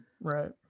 Right